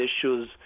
issues